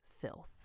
filth